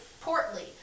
portly